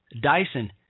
Dyson